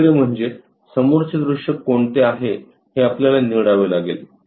दुसरे म्हणजे समोरचे दृश्य कोणते आहे हे आपल्याला निवडावे लागेल